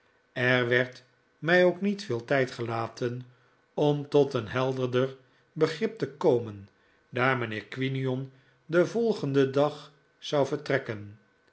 er werd mij ook niet veel tijd gelaten om tot een helderder begrip te komen daar mijnheer quinion den volgenden dag zou vertrekken